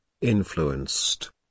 influenced